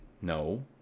No